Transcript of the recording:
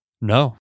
No